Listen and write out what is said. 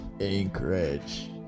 anchorage